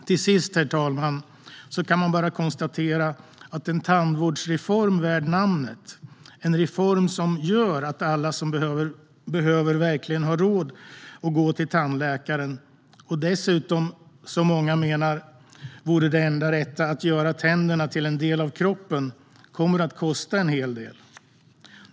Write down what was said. Till sist kan man konstatera, herr talman, att en tandvårdsreform värd namnet - en reform som gör att alla som behöver det verkligen har råd att gå till tandläkaren - kommer att kosta en hel del. Den gör dessutom att tänderna blir en del av kroppen, vilket många menar vore det enda rätta.